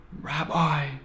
Rabbi